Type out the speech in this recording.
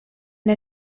der